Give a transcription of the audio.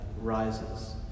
rises